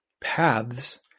paths